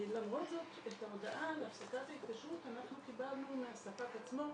למרות זאת את ההודעה על הפסקת ההתקשרות אנחנו קיבלנו מהספק עצמו,